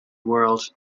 world